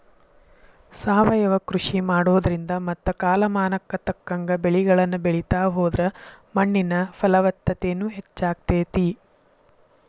ಸಾವಯವ ಕೃಷಿ ಮಾಡೋದ್ರಿಂದ ಮತ್ತ ಕಾಲಮಾನಕ್ಕ ತಕ್ಕಂಗ ಬೆಳಿಗಳನ್ನ ಬೆಳಿತಾ ಹೋದ್ರ ಮಣ್ಣಿನ ಫಲವತ್ತತೆನು ಹೆಚ್ಚಾಗ್ತೇತಿ